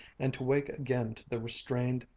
and to wake again to the restrained,